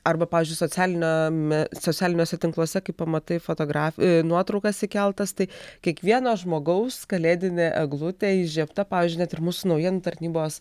arba pavyzdžiui socialiniame socialiniuose tinkluose kai pamatai fotograf nuotraukas įkeltas tai kiekvieno žmogaus kalėdinė eglutė įžiebta pavyzdžiui net ir mūsų naujienų tarnybos